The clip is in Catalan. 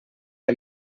que